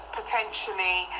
potentially